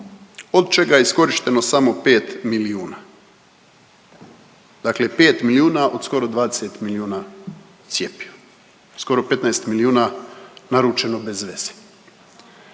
od čega je iskorišteno samo 5 milijuna. Dakle, 5 milijuna od skoro 20 milijuna cjepiva, skoro 15 milijuna naručeno bezveze.